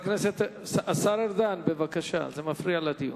השר ארדן, בבקשה, זה מפריע לדיון.